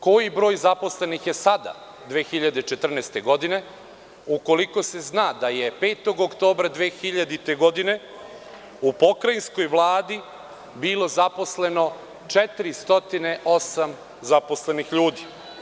Koji broj zaposlenih je sada 2014. godine, ukoliko se zna da je 5. oktobra 2000. godine u Pokrajinskoj vladi bilo zaposleno 408 zaposlenih ljudi?